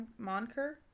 Monker